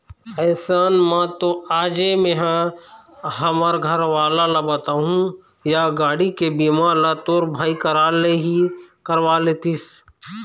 अइसन म तो आजे मेंहा हमर घरवाला ल बताहूँ या गाड़ी के बीमा ल तोर भाई करा ले ही करवा लेतिस